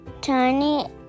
Tiny